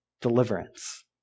deliverance